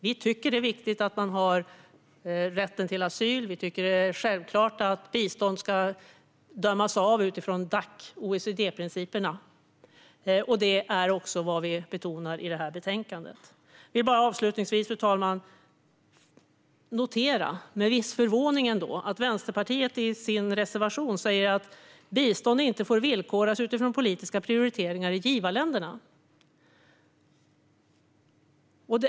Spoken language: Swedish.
Vi tycker att det är viktigt med rätten till asyl, och vi tycker att det är självklart att bistånd ska ges utifrån OECD-Dac-principerna. Det är också vad som betonas i betänkandet. Fru talman! Jag noterar med viss förvåning att Vänsterpartiet i sin reservation säger följande: "Bistånd får inte villkoras utifrån politiska prioriteringar i givarländerna."